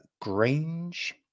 Grange